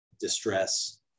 distress